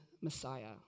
Messiah